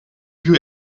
you